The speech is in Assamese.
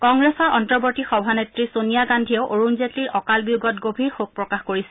কংগ্ৰেছৰ অন্তৰ্বৰ্তী সভানেত্ৰী ছোনিয়া গান্ধীয়েও অৰুণ জেটলীৰ অকাল বিয়োগত গভীৰ শোক প্ৰকাশ কৰিছে